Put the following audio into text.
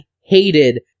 hated